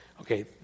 Okay